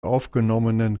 aufgenommenen